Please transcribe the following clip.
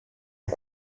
ont